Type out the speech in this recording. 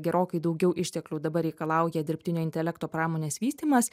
gerokai daugiau išteklių dabar reikalauja dirbtinio intelekto pramonės vystymas